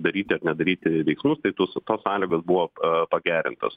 daryti ar nedaryti veiksmus tai tus tos sąlygos buvo pagerintos